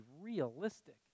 realistic